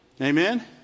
Amen